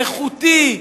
איכותי,